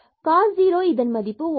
எனவே cos 0 இதன் மதிப்பு ஒன்றாகும்